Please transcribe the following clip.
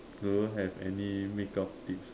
do you have any makeup tips